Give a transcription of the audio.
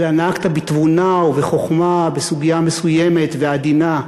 אלא נהגת בתבונה ובחוכמה בסוגיה מסוימת ועדינה.